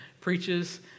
preaches